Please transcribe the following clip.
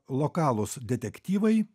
lokalūs detektyvai